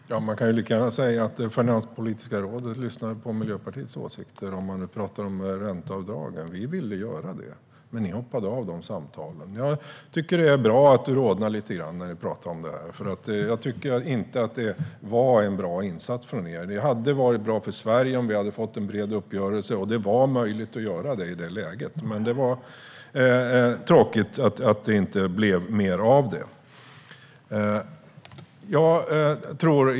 Herr talman! Man kan lika gärna säga att Finanspolitiska rådet lyssnar på Miljöpartiets åsikter, om man nu pratar om ränteavdragen. Vi ville göra det, men ni hoppade av de samtalen, Robert Hannah. Jag tycker att det är bra att du rodnar lite när vi pratar om det här. Det var inte en bra insats från er. Det hade varit bra för Sverige om vi hade fått en bred uppgörelse. Och det var möjligt i det läget. Det var tråkigt att det inte blev mer av det.